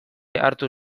hartu